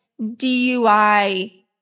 DUI